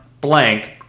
blank